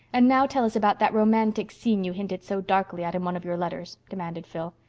and now tell us about that romantic scene you hinted so darkly at in one of your letters, demanded phil.